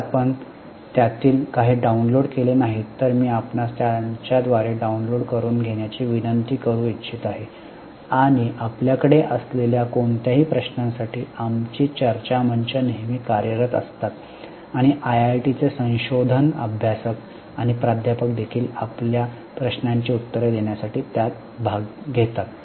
जर आपण त्यातील काही डाउनलोड केले नाहीत तर मी आपणास त्यांच्या द्वारे डाउनलोड करुन घेण्याची विनंती करू इच्छित आहे आणि आपल्याकडे असलेल्या कोणत्याही प्रश्नांसाठी आमची चर्चा मंच नेहमी कार्यरत असतात आणि आयआयटीचे संशोधन अभ्यासक आणि प्राध्यापक देखील आपल्या प्रश्नांची उत्तरे देण्यासाठी त्यात भाग घेतात